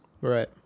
Right